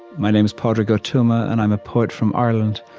my name is padraig o tuama, and i'm a poet from ireland.